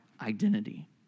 identity